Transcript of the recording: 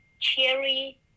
cherry